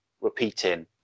repeating